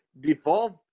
devolve